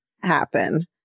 happen